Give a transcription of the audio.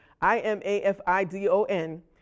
I-M-A-F-I-D-O-N